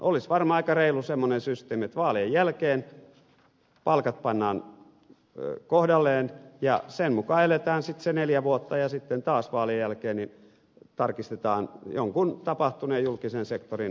olisi varmaan aika reilu semmoinen systeemi että vaalien jälkeen palkat pannaan kohdalleen ja sen mukaan eletään sitten se neljä vuotta ja sitten taas vaalien jälkeen tarkistetaan jonkun tapahtuneen julkisen sektorin palkkakehityksen mukaisesti